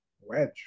Wedge